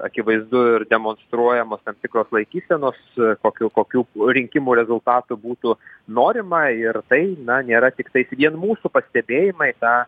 akivaizdu ir demonstruojamos tam tikros laikysenos kokių kokių rinkimų rezultatų būtų norima ir tai na nėra tiktais vien mūsų pastebėjimai na